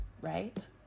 right